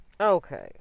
Okay